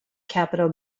capital